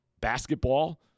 Basketball